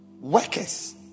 Workers